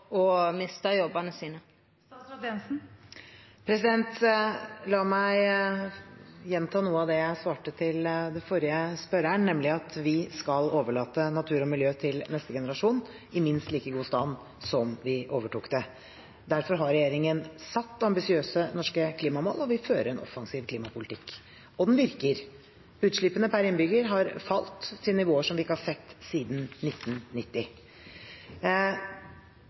miste jobbene sine?» La meg gjenta noe av det jeg svarte den forrige spørreren, nemlig at vi skal overlate naturen og miljøet til neste generasjon i minst like god stand som vi overtok. Derfor har regjeringen satt ambisiøse norske klimamål, og vi fører en offensiv klimapolitikk. Og den virker. Utslippene per innbygger har falt til nivåer som vi ikke har sett siden 1990.